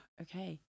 okay